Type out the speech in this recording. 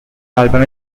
albums